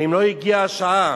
האם לא הגיעה השעה